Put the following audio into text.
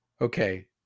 okay